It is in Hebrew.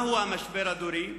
מהו המשבר הדורי?